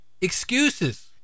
excuses